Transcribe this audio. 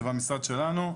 זה במשרד שלנו,